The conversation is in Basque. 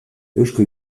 eusko